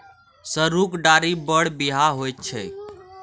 सरुक डारि बड़ बिखाह होइत छै